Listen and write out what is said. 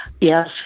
Yes